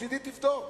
מצדי תבדוק.